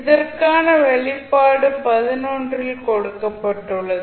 இதற்கான வெளிப்பாடு ல் கொடுக்கப்பட்டுள்ளது